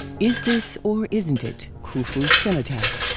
is this, or isn't it, khufu's cenotaph?